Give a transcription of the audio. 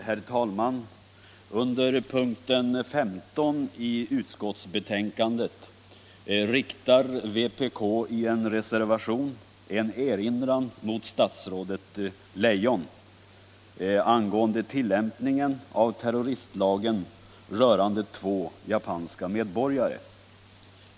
Herr talman! Under punkten 15 i utskottsbetänkandet riktar vpk i en reservation en erinran mot statsrådet Leijon angående tillämpningen av terroristlagen rörande två japanska medborgare.